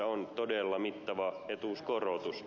se on todella mittava etuuskorotus